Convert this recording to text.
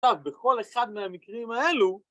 ‫עכשיו, בכל אחד מהמקרים האלו...